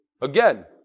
Again